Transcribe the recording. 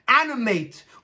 animate